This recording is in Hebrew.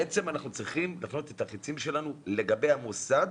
בעצם אנחנו צריכים להפנות את החצים שלנו לגבי המוסד.